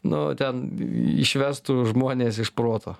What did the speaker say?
nu ten išvestų žmones iš proto